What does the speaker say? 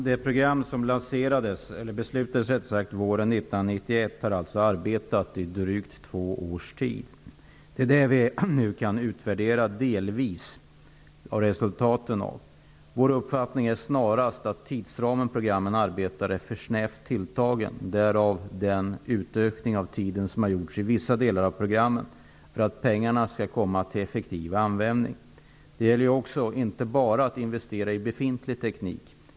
Herr talman! Arbetet inom det program som beslutades våren 1991 har pågått i drygt två års tid. Vi kan nu delvis utvärdera resultatet. Vår uppfattning är snarast att tidsramen för arbetet inom programmet är för snävt tilltagen. Därav den utökning av tiden som gjorts för vissa delar av programmet för att pengarna skall komma till effektiv användning. Det gäller att inte bara investera i befintlig teknik.